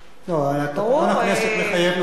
תקנון הכנסת מחייב נוכחות של שר.